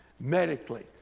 Medically